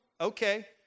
Okay